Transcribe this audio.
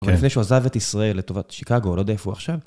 אבל לפני שהוא עזב את ישראל לטובת שיקגו, אני לא יודע איפה הוא עכשיו.